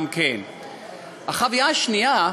החוויה השנייה,